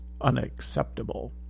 unacceptable